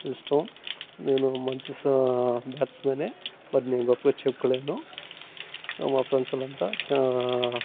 ఇష్టం నేను మంచి స బ్యాట్స్మెన్నే బట్ నేను గొప్పగా చెప్పుకోలేను స్ మా ఫ్రెండ్సోల్లంతా చా